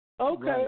Okay